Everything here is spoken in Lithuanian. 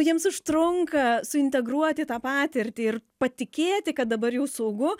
jiems užtrunka su integruoti tą patirtį ir patikėti kad dabar jau saugu